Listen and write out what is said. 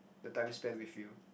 the time spent with you